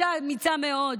אישה אמיצה מאוד,